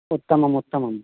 उत्तमम् उत्तमम्